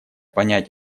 понять